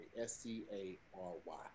s-c-a-r-y